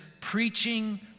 preaching